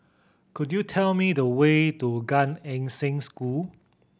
could you tell me the way to Gan Eng Seng School